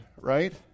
right